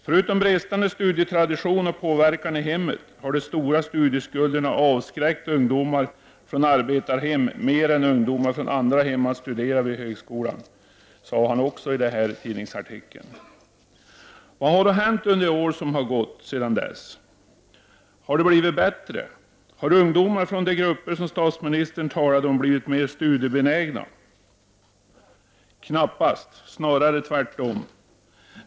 Förutom bristande studietradition och påverkan i hemmet har de stora studieskulderna avskräckt ungdomar från arbetarhem mer än ungdomar från andra hem att studera vid högskolan, sade statsministern också. Vad har då hänt under det år som har gått sedan dess? Har det blivit bättre? Har ungdomarna från de grupper som statsministern talade om blivit mer studiebenägna? Knappast, snarare tvärtom.